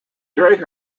during